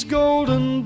golden